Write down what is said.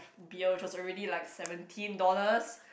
beer which was already like seventeen dollars